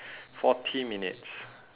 forty minutes